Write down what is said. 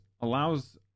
allows